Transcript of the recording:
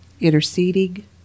interceding